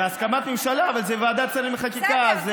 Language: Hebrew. בהסכמת ממשלה, אבל זה ועדת שרים לחקיקה.